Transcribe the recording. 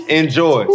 enjoy